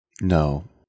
No